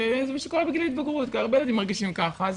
זה מה שקורה בגיל ההתבגרות כי הרבה ילדים מרגישים ככה.